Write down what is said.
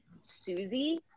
Susie